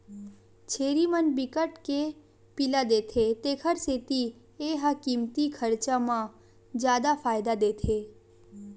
छेरी मन बिकट के पिला देथे तेखर सेती ए ह कमती खरचा म जादा फायदा देथे